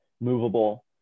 movable